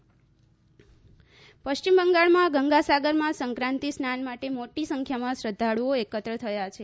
પશ્ચિમ બંગાળ પશ્ચિમ બંગાળમાં ગંગાસાગરમાં સંક્રાતિ સ્નાન માટે મોટી સંખ્યામાં શ્રદ્ધાળુઓ એકત્ર થયા છે